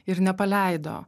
ir nepaleido